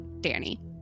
Danny